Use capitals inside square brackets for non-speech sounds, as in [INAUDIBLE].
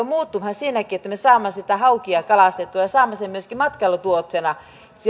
[UNINTELLIGIBLE] muuttumaan siinäkin että me saamme sitä haukea kalastettua ja saamme sen myöskin matkailutuotteeksi